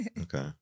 Okay